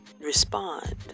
respond